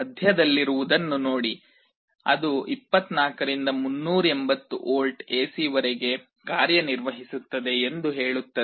ಮಧ್ಯದಲ್ಲಿರುವುದನ್ನು ನೋಡಿ ಅದು 24 ರಿಂದ 380 ವೋಲ್ಟ್ ಎಸಿ ವರೆಗೆ ಕಾರ್ಯನಿರ್ವಹಿಸುತ್ತದೆ ಎಂದು ಹೇಳುತ್ತದೆ